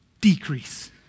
decrease